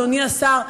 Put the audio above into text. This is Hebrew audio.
אדוני השר.